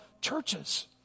churches